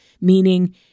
meaning